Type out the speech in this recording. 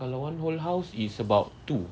kalau one whole house is about two